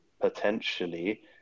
potentially